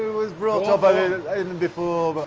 was brought ah but and in before!